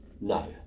No